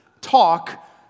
talk